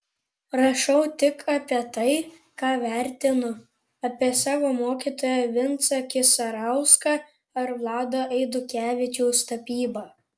rašau tik apie tai ką vertinu apie savo mokytoją vincą kisarauską ar vlado eidukevičiaus tapybą